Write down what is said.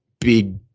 big